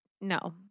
No